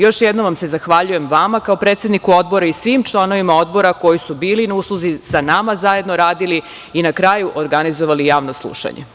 Još jednom se zahvaljujem vama kao predsedniku Odbora i svim članovima Odbora koji su bili na usluzi, sa nama zajedno radili i na kraju organizovali Javno slušanje.